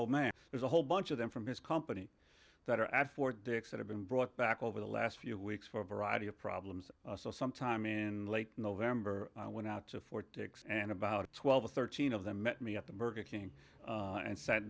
old man there's a whole bunch of them from his company that are at fort dix that have been brought back over the last few weeks for a variety of problems so sometime in late november i went out to fort dix and about twelve or thirteen of them met me up to burger king and sat